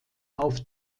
auf